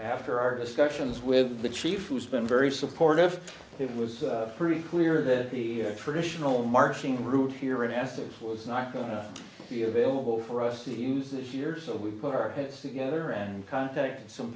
after our discussions with the chief who's been very supportive it was pretty clear that the traditional marching route here in essex was not going to be available for us to use this year so we put our heads together and contacted some